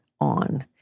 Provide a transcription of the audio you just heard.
on